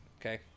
okay